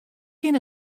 kin